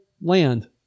land